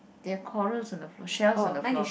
they have corals on the shells on the floor